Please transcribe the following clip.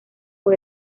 fue